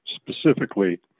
specifically